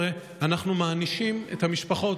הרי אנחנו מענישים את המשפחות,